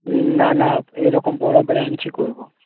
না না এরকম বড় ব্রাঞ্চই করব